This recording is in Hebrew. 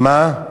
מה?